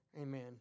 Amen